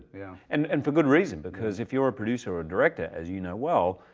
yeah and and for good reason, because if you're a producer or a director, as you know well,